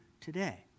today